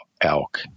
elk